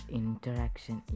interaction